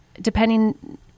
depending